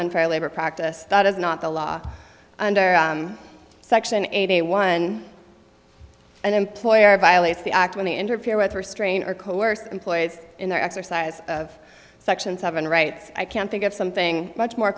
unfair labor practice that is not the law under section eighty one an employer violates the act when they interfere with restrain or coerce employees in their exercise of section seven rights i can think of something much more